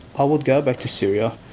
i would go back to syria,